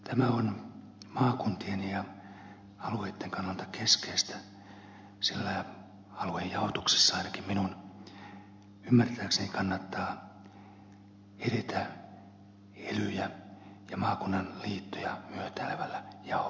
tämä on maakuntien ja alueitten kannalta keskeistä sillä aluejaotuksessa ainakin minun ymmärtääkseni kannattaa edetä elyjä ja maakunnan liittoja myötäilevällä jaolla